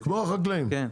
כן,